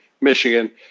Michigan